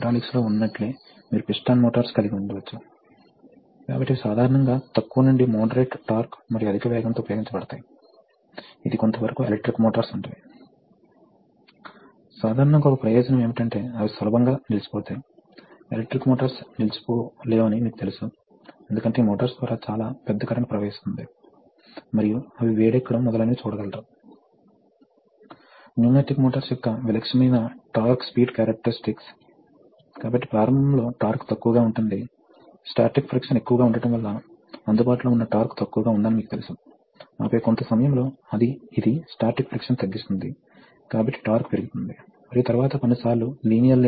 మీకు planing machine ఉంది కాబట్టి మీరు ప్లేనింగ్ కట్టర్ ను కదిలించేముందు జాబ్ ని హోల్డ్ చేయాలి క్రమం ఏమిటంటే మొదట హోల్డింగ్ సిలిండర్ ను ఆపరేట్ చేసి ఆపై ప్లేనర్ ను కదిలించడం ప్రారంభించండి కాబట్టి ప్లేనర్ విస్తరించి తరువాత ప్లేనర్ ఉపసంహరించు కున్న తరువాత క్లాంప్ సిలిండర్ ను తీసివేస్తుంది కాబట్టి మీరు ప్రతిసారీ మొదటి క్లాంప్ ఆపరేట్ చేయాలి తరువాత ప్లేనింగ్ సిలిండర్ యొక్క ఎక్స్టెన్షన్ ఆపై ప్లేనింగ్ సిలిండర్ యొక్క రిట్రాక్షన్ మరియు తర్వాత అన్క్లాంప్ చేయాలి